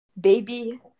Baby